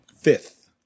Fifth